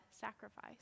sacrifice